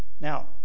Now